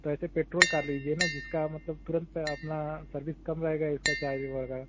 तो ऐसे petrol car लीजिए ना जिसका मतलब तुरंत अपना सर्विस कम रहेगा इसका चार्जिंग वग़ैरह